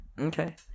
Okay